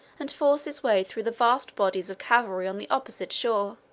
and force his way through the vast bodies of cavalry on the opposite shore,